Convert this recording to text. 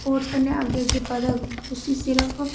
स्पोर्टें कन्नै अग्गें अग्गें बधग उसी सिर्फ